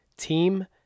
Team